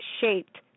shaped